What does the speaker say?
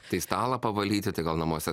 tai stalą pavalyti tai gal namuose